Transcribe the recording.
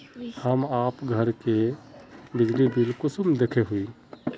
हम आप घर के बिजली बिल कुंसम देखे हुई?